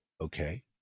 Okay